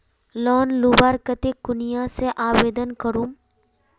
Loan लुबार केते कुनियाँ से आवेदन करूम?